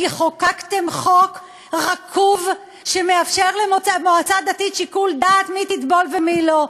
כי חוקקתם חוק רקוב שמאפשר למועצה דתית שיקול דעת מי תטבול ומי לא.